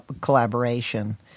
collaboration